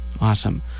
Awesome